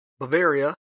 Bavaria